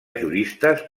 juristes